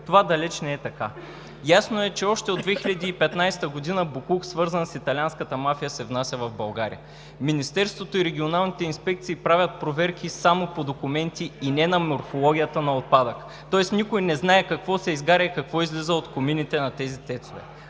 това далеч не е така. Ясно е, че още от 2015 г. боклук, свързан с италианската мафия, се внася в България. Министерството и регионалните инспекции правят проверки само по документи и не на морфологията на отпадъка, тоест никой не знае какво се изгаря и какво излиза от комините на тези ТЕЦ-ове.